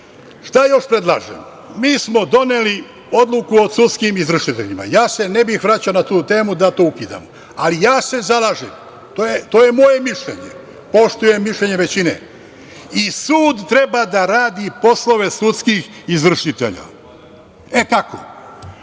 još predlažem? Mi smo doneli odluku o sudskim izvršiteljima. Ne bih se vraćao na tu temu da to ukidamo, ali se zalažem, to je moje mišljenje, poštujem mišljenje većine i sud treba da radi poslove sudskih izvršitelja. Kako?